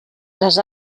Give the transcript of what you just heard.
les